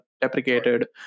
deprecated